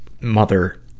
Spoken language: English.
mother